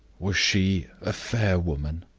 was she a fair woman,